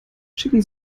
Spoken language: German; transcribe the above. schicken